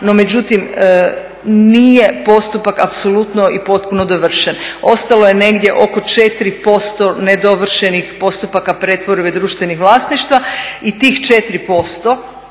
no međutim, nije postupak apsolutno i potpuno dovršen. Ostalo je negdje oko 4% nedovršenih postupka pretvorbe društvenih vlasništva i tih 4%